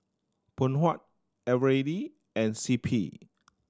Phoon Huat Eveready and C P